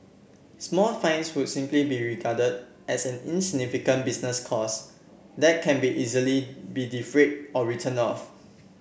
small fines would simply be regarded as an insignificant business cost that can be easily be defrayed or written off